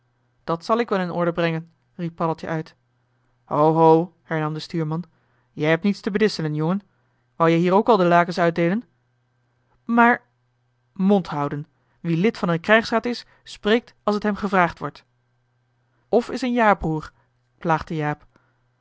dat zal ik wel in orde brengen riep paddeltje uit ho ho hernam de stuurman jij hebt niets te bedisselen jongen wou je hier ook al de lakens uitdeelen maar mond houden wie lid van een krijgsraad is spreekt als t hem gevraagd wordt of is een ja broer plaagde jaap